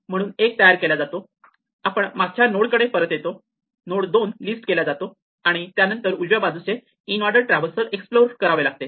म्हणून 1 तयार केला जातो आपण मागच्या नोड कडे परत येतो नोड 2 लिस्ट केला जातो आणि त्यानंतर उजव्या बाजूचे इनऑर्डर ट्रॅव्हल्सल एक्सप्लोर करावे लागेल